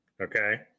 Okay